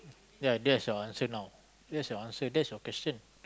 ya that's your answer now that's your answer that's your question